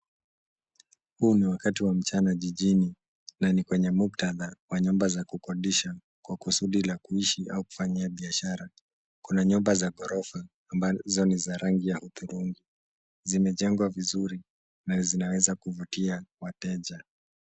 Huu ni wakati wa mchana jijini na ni kwenye muktadha wa nyumba za kukodisha kwa kusudi la kuishi au kufanyia biashara. Kuna nyumba za ghorofa ambazo ni za rangi ya hudhurungi. Zimejengwa vizuri na zinaweza kuvutia wateja.